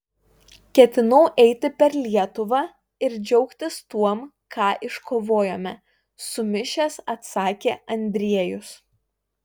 ketinau eiti per lietuvą ir džiaugtis tuom ką iškovojome sumišęs atsakė andriejus